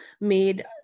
made